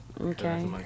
Okay